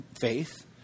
faith